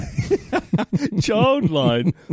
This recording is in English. Childline